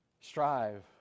Strive